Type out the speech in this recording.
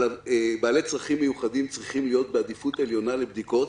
אבל בעלי צרכים מיוחדים צריכים להיות בעדיפות עליונה לבדיקות,